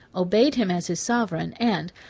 obeyed him as his sovereign, and,